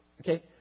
Okay